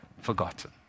forgotten